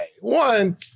One